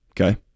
Okay